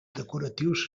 decoratius